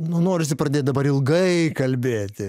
nu norisi pradėt dabar ilgai kalbėti